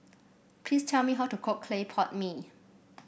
please tell me how to cook Clay Pot Mee